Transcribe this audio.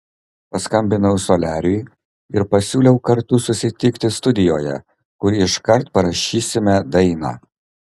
paskambinau soliariui ir pasiūliau kartu susitikti studijoje kur iškart parašysime dainą